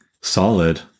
solid